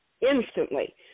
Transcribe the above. Instantly